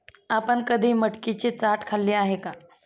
आपण कधी मटकीची चाट खाल्ली आहे का?